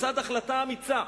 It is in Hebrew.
בצד החלטה אמיצה